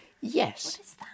Yes